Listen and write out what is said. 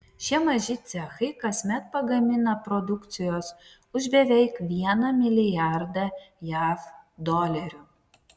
šie maži cechai kasmet pagamina produkcijos už beveik vieną milijardą jav dolerių